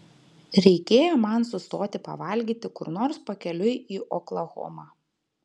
reikėjo man sustoti pavalgyti kur nors pakeliui į oklahomą